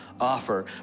offer